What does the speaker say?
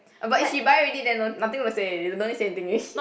uh but if she buy already then no nothing to say already no need say anything already